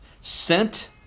sent